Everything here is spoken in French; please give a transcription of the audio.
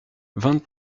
vingt